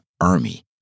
army